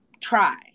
try